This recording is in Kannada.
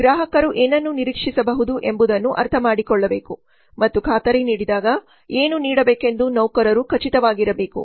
ಗ್ರಾಹಕರು ಏನನ್ನು ನಿರೀಕ್ಷಿಸಬಹುದು ಎಂಬುದನ್ನು ಅರ್ಥಮಾಡಿಕೊಳ್ಳಬೇಕು ಮತ್ತು ಖಾತರಿ ನೀಡಿದಾಗ ಏನು ನೀಡಬೇಕೆಂದು ನೌಕರರು ಖಚಿತವಾಗಿರಬೇಕು